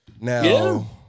now